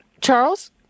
Charles